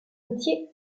métier